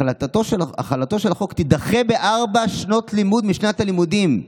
החלתו של החוק תידחה בארבע שנות לימוד משנת הלימודים.